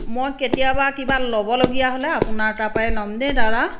মই কেতিয়াবা কিবা ল'বলগীয়া হ'লে আপোনাৰ তাৰ পৰাই ল'ম দেই দাদা